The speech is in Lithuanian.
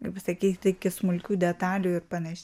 kaip sakyt iki smulkių detalių ir panaš